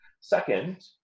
Second